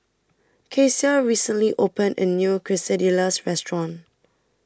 Kecia recently opened A New Quesadillas Restaurant